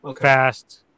fast